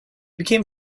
became